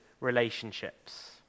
relationships